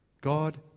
God